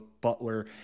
Butler